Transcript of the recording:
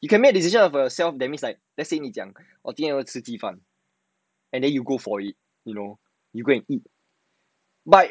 you can make decision for yourself that's mean like 今天要吃鸡饭 then you go and eat you know but